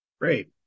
Great